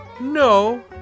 No